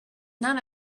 none